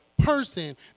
person